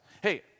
Hey